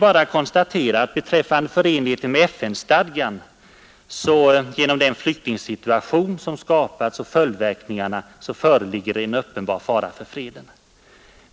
Beträffande förenligheten med FN-stadgan är bara att konstatera, att genom den flyktingsituation som skapats och alla dennas följdverkningar föreligger en uppenbar fara för freden.